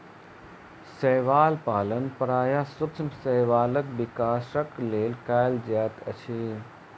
शैवाल पालन प्रायः सूक्ष्म शैवालक विकासक लेल कयल जाइत अछि